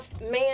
man